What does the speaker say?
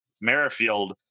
Merrifield